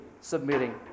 submitting